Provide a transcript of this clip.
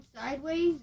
sideways